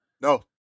No